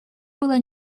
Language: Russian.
было